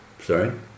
Sorry